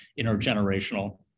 intergenerational